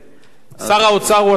שר האוצר הוא השר התורן.